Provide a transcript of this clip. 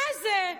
מה זה?